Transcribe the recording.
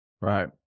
Right